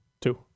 two